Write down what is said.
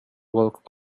walked